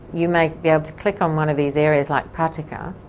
you may be able to click on one of these areas, like pratica,